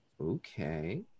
Okay